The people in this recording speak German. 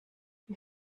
wie